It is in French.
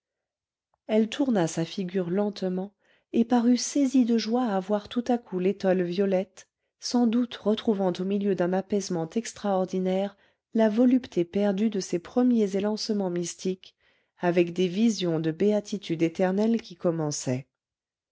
elle tourna sa figure lentement et parut saisie de joie à voir tout à coup l'étole violette sans doute retrouvant au milieu d'un apaisement extraordinaire la volupté perdue de ses premiers élancements mystiques avec des visions de béatitude éternelle qui commençaient